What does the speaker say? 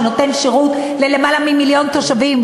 שנותן שירות ללמעלה ממיליון תושבים,